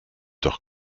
doch